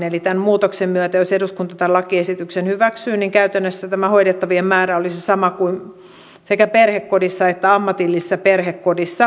tämän muutoksen myötä jos eduskunta tämä lakiesityksen hyväksyy käytännössä hoidettavien määrä olisi sama sekä perhekodissa että ammatillisessa perhekodissa